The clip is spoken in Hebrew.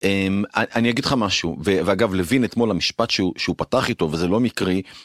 אם אני אגיד לך משהו ואגב לווין אתמול המשפט שהוא פתח איתו וזה לא מקרי,